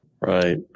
Right